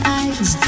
eyes